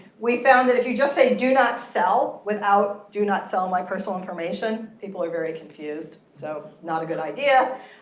we found that if you just say, do not sell without do not sell my personal information, people are very confused. so not a good idea.